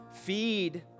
Feed